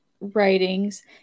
writings